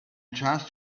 just